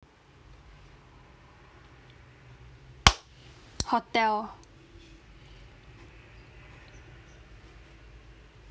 hotel